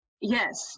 Yes